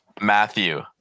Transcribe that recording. Matthew